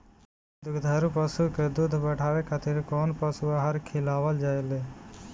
दुग्धारू पशु के दुध बढ़ावे खातिर कौन पशु आहार खिलावल जाले?